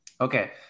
Okay